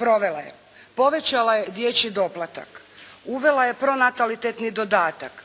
provela je: povećala je dječji doplatak, uvela je pronatalitetni dodatak